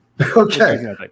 okay